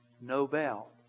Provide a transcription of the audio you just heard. Nobel